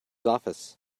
office